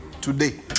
today